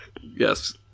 Yes